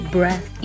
Breath